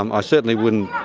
um i certainly wouldn't,